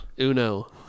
Uno